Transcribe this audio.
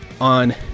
on